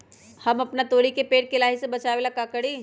हम अपना तोरी के पेड़ के लाही से बचाव ला का करी?